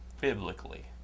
Biblically